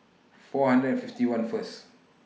four hundred and fifty one First